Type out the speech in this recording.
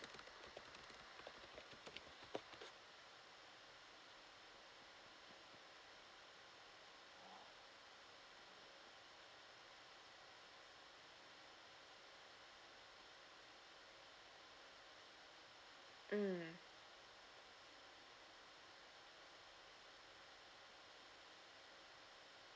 mm